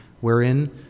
wherein